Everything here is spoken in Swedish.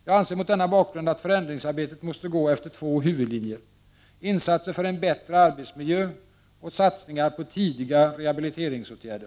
Jag anser mot denna bakgrund att förändringsarbetet måste gå efter två huvudlinjer: insatser för en bättre arbetsmiljö och satsningar på tidiga rehabiliteringsåtgärder.